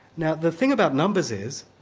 now the thing about numbers is,